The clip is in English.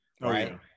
right